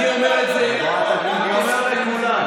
אני אומר את זה, אני אומר לכולם,